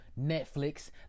Netflix